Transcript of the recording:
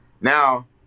Now